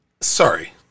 Sorry